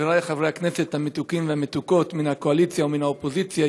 חברי חברי הכנסת המתוקים והמתוקות מן הקואליציה ומן האופוזיציה,